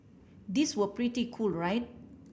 these were pretty cool right